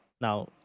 Now